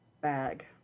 bag